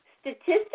statistics